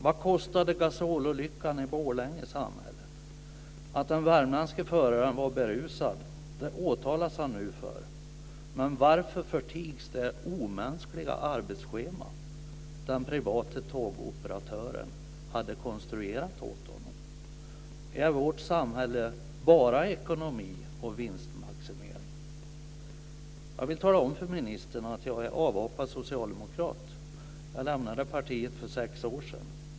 Vad kostade gasololyckan i Borlänge samhället? Att den värmländske föraren var berusad åtalas han nu för, men varför förtigs det omänskliga arbetsschema den privata tågoperatören hade konstruerat åt honom? Är vårt samhälle bara ekonomi och vinstmaximering? Jag vill tala om för ministern att jag är avhoppad socialdemokrat. Jag lämnade partiet för sex år sedan.